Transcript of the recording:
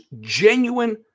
genuine